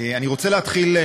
אני רוצה להתחיל,